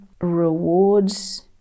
rewards